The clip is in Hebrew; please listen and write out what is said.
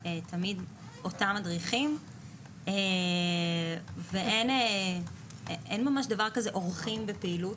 הם תמיד אותם מדריכים ואין דבר כזה אורחים בפעילות.